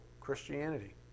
Christianity